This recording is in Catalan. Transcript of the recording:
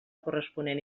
corresponent